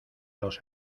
los